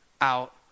out